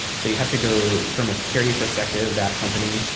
so you have to go from a security perspective, that company.